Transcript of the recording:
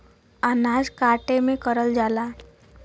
अनाज काटे में करल जाला